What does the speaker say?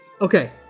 okay